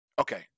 okay